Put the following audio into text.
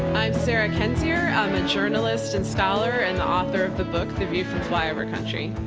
i'm sarah kendzior, um a journalist and scholar, and author of the book the view from flyover country.